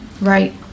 Right